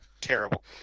terrible